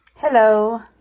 Hello